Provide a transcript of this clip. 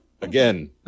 Again